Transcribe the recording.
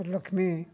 Lakshmi